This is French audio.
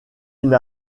une